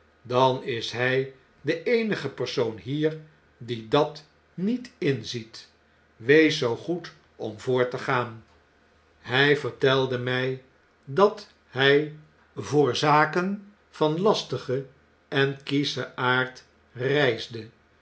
dan is hy de eenige persoon hier die dat n i e t inziet wees zoo goed om voort te gaan hy vertelde mg dathg voorzaken vanlastigen en kieschen aard reisde